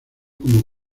como